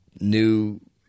new